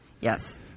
Yes